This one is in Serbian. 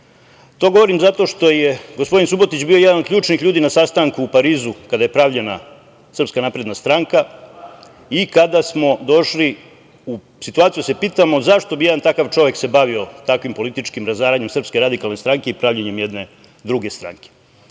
To govorim zato što je gospodin Subotić bio jedan od ključnih ljudi na sastanku u Parizu kada je pravljena Srpska napredna stranka i kada smo došli u situaciju da se pitamo zašto bi jedan takav čovek se bavio takvim političkim razaranjem Srpske radikalne stranke i pravljenjem jedne druge stranke.